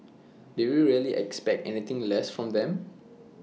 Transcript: did you really expect anything less from them